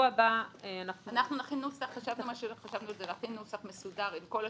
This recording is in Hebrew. אנחנו חשבנו להכין נוסח מסודר עם כל התיקונים,